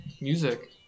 Music